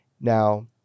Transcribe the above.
Now